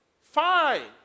Fine